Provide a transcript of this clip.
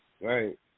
Right